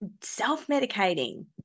self-medicating